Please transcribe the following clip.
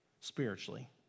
spiritually